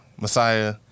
Messiah